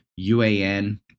UAN